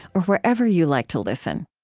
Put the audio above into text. or wherever you like to listen